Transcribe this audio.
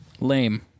Lame